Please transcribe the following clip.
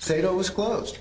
saito was closed